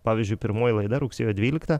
pavyzdžiui pirmoji laida rugsėjo dvyliktą